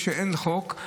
כשאין חוק,